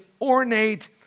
ornate